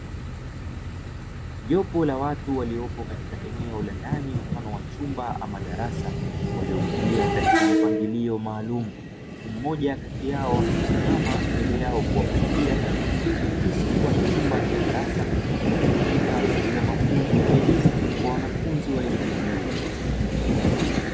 Jopo la watu waliopo katika eneo la ndani mfano wa chumba ama darasa. Waliokalia katika mpangilo maalumu. Huku mmoja kati yao akisimama mbele yao kuwahutubia. Ikiakisi kuwa ni chumba cha darasa kinachotumika kwa ajili ya mafunzo ya elimu kwa wanafunzi wa elimu ya juu.